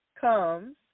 comes